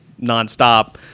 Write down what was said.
nonstop